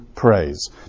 praise